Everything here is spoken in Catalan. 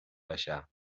baixar